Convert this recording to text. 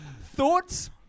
Thoughts